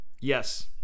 Yes